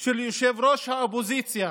של ראש האופוזיציה